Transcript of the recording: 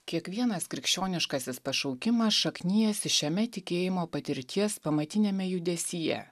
kiekvienas krikščioniškasis pašaukimas šaknijasi šiame tikėjimo patirties pamatiniame judesyje